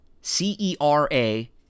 C-E-R-A